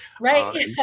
Right